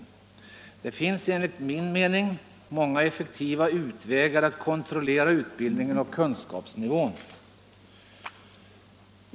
Enligt min mening finns det emellertid många effektiva vägar att kontrollera utbildningen och kunskapsnivån.